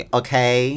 okay